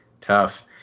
Tough